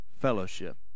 fellowship